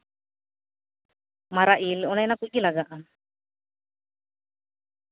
ᱢᱟᱨᱟᱜ ᱤᱞ ᱚᱱᱮ ᱚᱱᱟ ᱠᱚᱜᱮ ᱞᱟᱜᱟᱜᱼᱟ